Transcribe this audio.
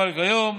אבל היום,